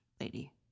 lady